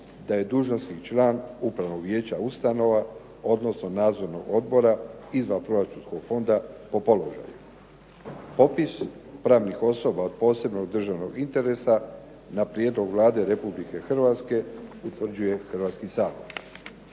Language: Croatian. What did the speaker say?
da je dužnosnik član upravnog vijeća ustanova, odnosno nadzornog odbora izvanproračunskog fonda po položaju. Popis pravnih osoba od posebnog državnog interesa na prijedlog Vlada Republike Hrvatske utvrđuje Hrvatski sabor.